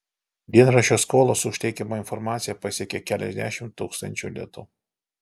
dienraščio skolos už teikiamą informaciją pasiekė keliasdešimt tūkstančių litų